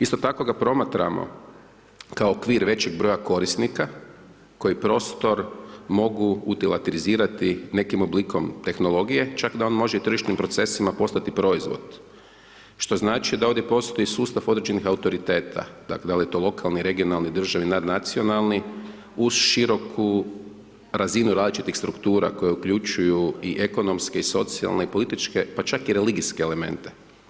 Isto tako ga promatramo kao okvir većeg broja korisnika koji prostor mogu utilatirizirati nekim oblikom tehnologije čak da on može i tržišnim procesima postati proizvod što znači da ovdje postoji sustav određenih autoriteta, dakle da li je to lokalni, regionalni, državni, nadnacionalni uz široku razinu različitih struktura koje uključuju i ekonomske i socijalne i političke pa čak i religijske elemente.